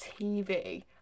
tv